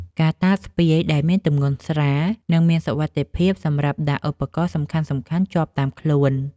កាតាបស្ពាយដែលមានទំម្ងន់ស្រាល និងមានសុវត្ថិភាពសម្រាប់ដាក់ឧបករណ៍សំខាន់ៗជាប់តាមខ្លួន។